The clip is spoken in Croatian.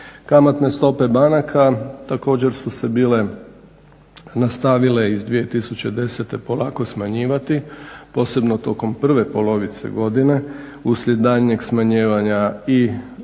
Kamatne stope banaka također su se bile nastavile iz 2010.polako smanjivati, posebno tokom prve polovice godine uslijed daljnjeg smanjivanja, i regulatornih